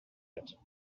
yet